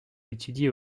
étudie